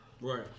Right